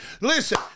Listen